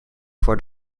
for